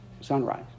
sunrise